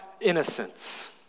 innocence